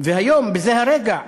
והיום, בזה הרגע,